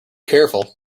careful